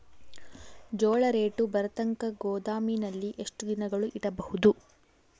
ಜೋಳ ರೇಟು ಬರತಂಕ ಗೋದಾಮಿನಲ್ಲಿ ಎಷ್ಟು ದಿನಗಳು ಯಿಡಬಹುದು?